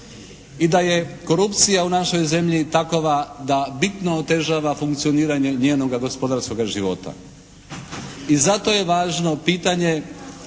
i da je korupcija u našoj zemlji takova da bitno otežava funkcioniranje njenoga gospodarskoga života. I zato je važno pitanje